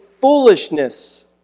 foolishness